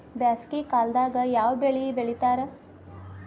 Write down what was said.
ಬ್ಯಾಸಗಿ ಕಾಲದಾಗ ಯಾವ ಬೆಳಿ ಬೆಳಿತಾರ?